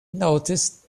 noticed